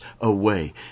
away